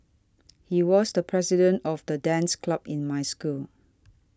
he was the president of the dance club in my school